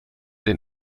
den